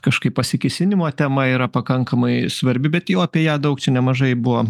kažkaip pasikėsinimo tema yra pakankamai svarbi bet jau apie ją daug čia nemažai buvo